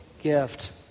gift